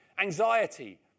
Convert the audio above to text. Anxiety